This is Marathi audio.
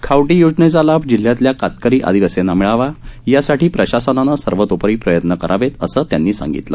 खावटी योजनेचा लाभ जिल्ह्यातल्या कातकरी आदिवासींना मिळावा यासाठी प्रशासनानं सर्वतोपरी प्रयत्न करावेत असं त्यांनी सांगितलं